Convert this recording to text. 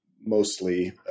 mostly